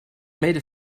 made